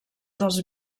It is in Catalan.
dels